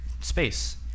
space